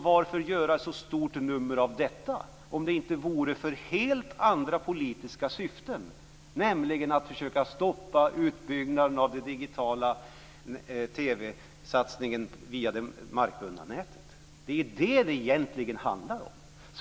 Varför göra så stort nummer av detta, om det inte vore för helt andra politiska syften, nämligen att försöka stoppa utbyggnaden av den digitala TV satsningen via det markbundna nätet? Det är det som det egentligen handlar om.